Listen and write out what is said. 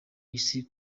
isi